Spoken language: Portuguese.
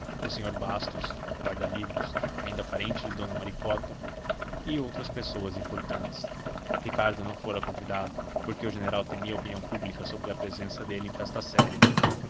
o senhor bastos guarda-livros ainda parente de dona maricota e outras pessoas importantes ricardo não fora convidado porque o general temia a opinião pública sobre a presença dele em festa séria